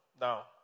now